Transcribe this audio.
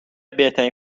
بهترین